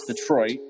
Detroit